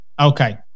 Okay